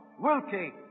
Wilkie